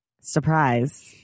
Surprise